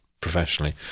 Professionally